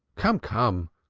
come, come!